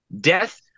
death